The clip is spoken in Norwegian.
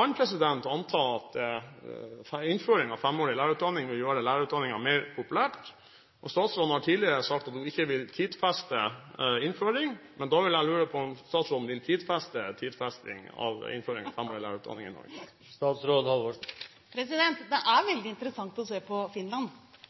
anta at innføring av femårig lærerutdanning vil gjøre lærerutdanningen mer populær. Statsråden har tidligere sagt hun ikke vil tidfeste innføring, men da lurer jeg på om statsråden vil innføre tidfesting av tidfesting av innføring av femårig lærerutdanning i Norge. Det er veldig interessant å se på Finland.